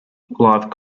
live